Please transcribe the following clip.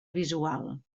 visual